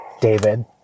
David